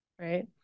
right